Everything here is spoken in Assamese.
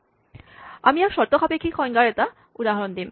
এতিয়া আমি চৰ্তসাপেক্ষিক সংজ্ঞাৰ এটা উদাহৰণ দিম